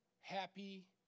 happy